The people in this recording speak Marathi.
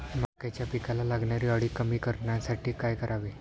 मक्याच्या पिकाला लागणारी अळी कमी करण्यासाठी काय करावे?